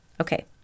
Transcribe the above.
Okay